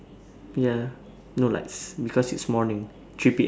ya no lights because it's morning three P_M